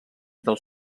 dels